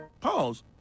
Pause